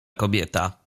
kobieta